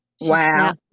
wow